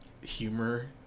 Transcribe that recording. humor